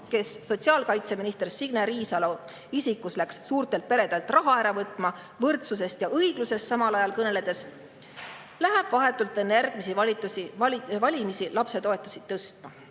kes sotsiaalkaitseminister Signe Riisalo isikus läks suurtelt peredelt raha ära võtma, samal ajal võrdsusest ja õiglusest kõneledes, hakkab vahetult enne järgmisi valimisi lapsetoetusi tõstma.